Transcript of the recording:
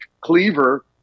cleaver